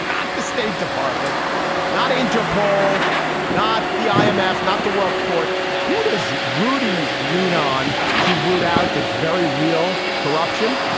not the state department not interpol not the um imf not the world court who does rudy lean on to root out this very real corruption.